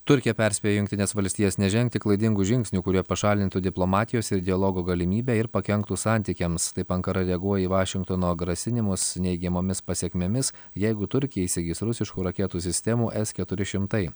turkija perspėjo jungtines valstijas nežengti klaidingų žingsnių kurie pašalintų diplomatijos ir dialogo galimybę ir pakenktų santykiams taip ankara reaguoja į vašingtono grasinimus neigiamomis pasekmėmis jeigu turkija įsigis rusiškų raketų sistemų s keturi šimtai